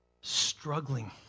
struggling